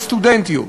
וסטודנטיות.